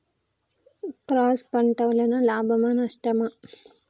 Cross పంట వలన లాభమా నష్టమా?